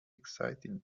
excited